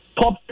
top